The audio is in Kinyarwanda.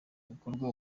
bikorwa